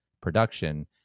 production